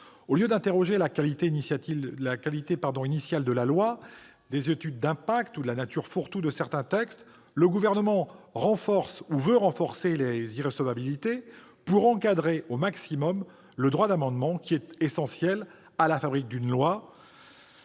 Au lieu de s'interroger sur la qualité initiale de la loi, des études d'impact ou la nature fourre-tout de certains textes, le Gouvernement renforce ou veut renforcer les irrecevabilités pour encadrer au maximum le droit d'amendement, qui est essentiel à la fabrique d'une loi